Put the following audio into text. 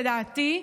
לדעתי,